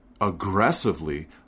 aggressively